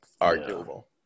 Arguable